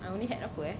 I only had apa eh